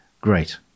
great